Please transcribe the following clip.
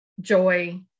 joy